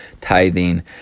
tithing